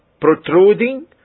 protruding